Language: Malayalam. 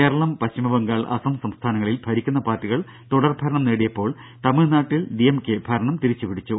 കേരളം പശ്ചിമ ബംഗാൾ അസം സംസ്ഥാനങ്ങളിൽ ഭരിക്കുന്ന പാർട്ടികൾ തുടർഭരണം നേടിയപ്പോൾ തമിഴ്നാട്ടിൽ ഡിഎംകെ ഭരണം തിരിച്ച് പിടിച്ചു